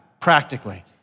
practically